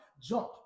jump